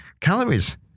calories